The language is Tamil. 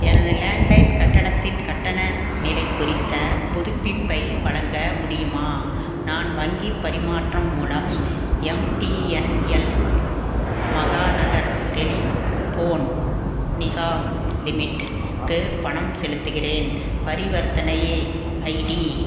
எனது லேண்ட்லைன் கட்டணத்தின் கட்டண நிலை குறித்த புதுப்பிப்பை வழங்க முடியுமா நான் வங்கி பரிமாற்றம் மூலம் எம்டிஎன்எல் மகாநகர் டெலிபோன் நிகாம் லிமிடெட்டுக்கு பணம் செலுத்துகிறேன் பரிவர்த்தனை ஐடி